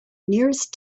nearest